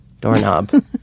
Doorknob